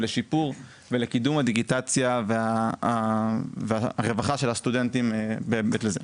לשיפור ולקידום הדיגיטציה והרווחה של הסטודנטים בהיבט לזה.